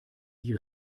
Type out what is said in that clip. die